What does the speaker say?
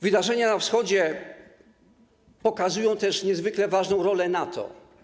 Wydarzenia na Wschodzie pokazują też niezwykle ważną rolę NATO.